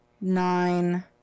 nine